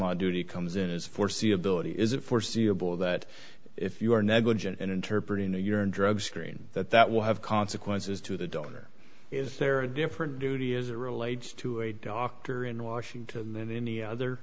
law duty comes in is foreseeability is it foreseeable that if you are negligent and interpret in a urine drug screen that that will have consequences to the donor is there a different duty as it relates to a doctor in washington than any other